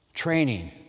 Training